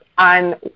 on